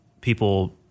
people